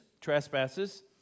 trespasses